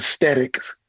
aesthetics